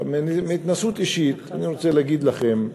עכשיו, מהתנסות אישית אני רוצה להגיד לכם,